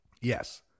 yes